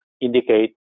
indicate